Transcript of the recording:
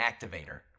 Activator